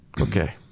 Okay